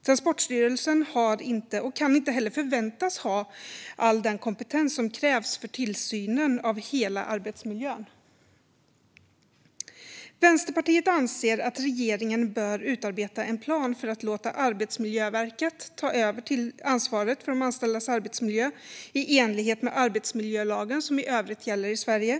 Transportstyrelsen har inte, och kan inte heller förväntas ha, all den kompetens som krävs för tillsyn av hela arbetsmiljön. Vänsterpartiet anser att regeringen bör utarbeta en plan för att låta Arbetsmiljöverket ta över ansvaret för de anställdas arbetsmiljö i enlighet med arbetsmiljölagen, som i övrigt gäller i Sverige.